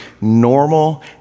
normal